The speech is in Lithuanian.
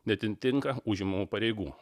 neatitinka užimamų pareigų